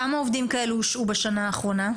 כמה עובדים כאלה הושעו בשנה האחרונה?